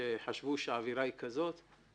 חשבו שהאווירה היא כזאת,